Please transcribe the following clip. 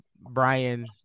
Brian